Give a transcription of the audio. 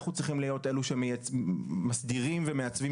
אנחנו צריכים להיות אלה שמסדירים ומעצבים